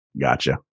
Gotcha